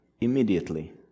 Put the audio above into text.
immediately